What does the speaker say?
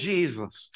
Jesus